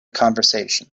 conversation